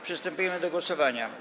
Przystępujemy do głosowania.